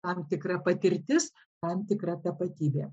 tam tikra patirtis tam tikra tapatybė